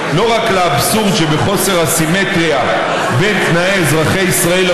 2018. לקריאה שנייה ושלישית.